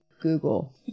Google